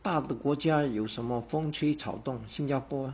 大的国家有什么风吹草动新加坡